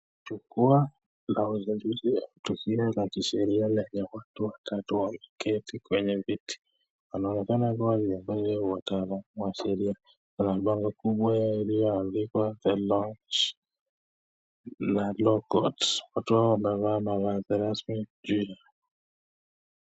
Jukwa la uzinduzi, tukio la kisheria yenye watu watatu wameketi kwenye viti, wanaonekana kuwa ni wataalamu wa sheria. Kuna bango kubwa iliyoandikwa Launch of law courts ,watu hawa wamevaa mavazi rasmi juu yao.